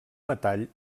metall